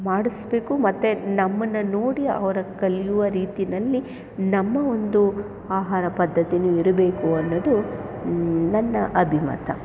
ಮಾಡಿಸ್ಬೇಕು ಮತ್ತು ನಮ್ಮನ್ನ ನೋಡಿ ಅವರ ಕಲಿಯುವ ರೀತಿಯಲ್ಲಿ ನಮ್ಮ ಒಂದು ಆಹಾರ ಪದ್ದತಿ ಇರಬೇಕು ಅನ್ನೋದು ನನ್ನ ಅಭಿಮತ